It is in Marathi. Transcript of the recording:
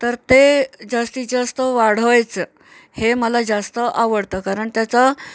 तर ते जास्तीत जास्त वाढवायचं हे मला जास्त आवडतं कारण त्याचं